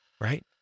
right